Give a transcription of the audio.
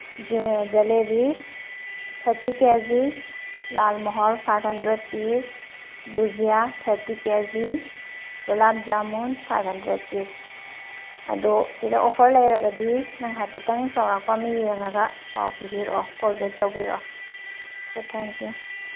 jalebi thirty K G lalmohan five hundred piece bhujia thirty K G gulab jamun five hundred piece ꯑꯗꯣ ꯁꯤꯗ offer ꯂꯩꯔꯒꯗꯤ ꯅꯪ ꯍꯥꯏꯐꯦꯠꯇꯪ ꯆꯧꯔꯥꯛꯄ ꯑꯃ ꯌꯦꯡꯉꯒ ꯄꯥꯎ ꯄꯤꯔꯛꯑꯣ ꯀꯣꯜ ꯕꯦꯛ ꯇꯧꯕꯤꯔꯛꯑꯣ ꯑꯣꯀꯦ ꯊꯦꯡꯀ꯭ꯌꯨ